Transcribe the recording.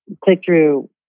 click-through